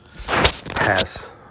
Pass